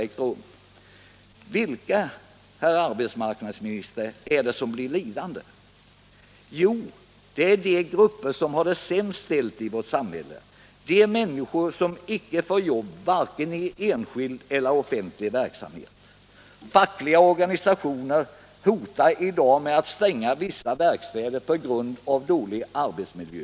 Och vilka är det som blir lidande på det, herr arbetsmarknadsminister? Jo, det är de grupper som har det sämst ställt i vårt samhälle. Det är de människor som inte får jobb i vare sig enskild eller offentlig verksamhet. Fackliga organisationer hotar i dag att stänga en del verkstäder på grund av dålig arbetsmiljö.